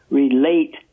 relate